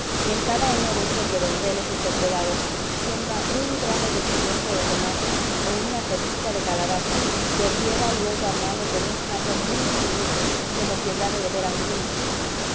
y en cada uno de estos redondeles estercolados siembra un grano de simiente de tomate o una pepita de calabaza que riega luego a mano con un jarro muy diminuto como quien da de beber a un niño